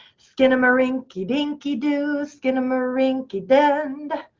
skinnamarink-a-dinky-doo. skinnamarinky-dand.